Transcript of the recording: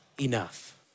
enough